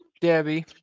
Debbie